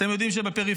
אתם יודעים שבפריפריה,